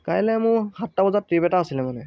কাইলে মোৰ সাতটা বজাত ট্ৰিপ এটা আছিলে মানে